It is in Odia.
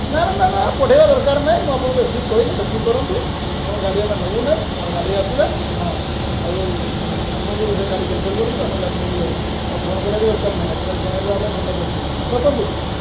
ନା ନା ନା ପଢ଼ାଇବା ଦରକାର ନାହିଁ ମୁଁ ଆପଣଙ୍କୁ ଏତିକି କହିଲି ସେତିକି କରନ୍ତୁ ଆପଣଙ୍କ ଗାଡ଼ି ଆମେ ନେବୁ ନାହିଁ ମୋର ଗାଡ଼ି ଆସିଲା ହଁ ଆଉ ଆପଣଙ୍କୁ ସେ ଗାଡ଼ି କ୍ୟାନସଲ୍ କରନ୍ତୁ ଆମେ ଗାଡ଼ି ନେଇକି ଯାଉଛୁ ଆଉ ଫୋନ କରିବାକୁ ଦରକାର ନାହିଁ ଆପଣ କାଲି ଜଣାଇ ଦେବା ପାଇଁ ଫୋନଟା କରିଥିଲୁ ରଖନ୍ତୁ